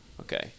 Okay